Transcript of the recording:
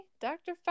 Dr